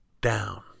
down